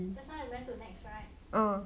just now you went to NEX right